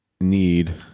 need